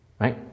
right